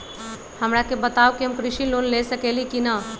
हमरा के बताव कि हम कृषि लोन ले सकेली की न?